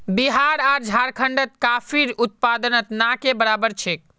बिहार आर झारखंडत कॉफीर उत्पादन ना के बराबर छेक